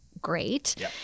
great